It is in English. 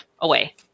away